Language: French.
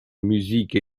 musique